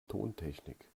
tontechnik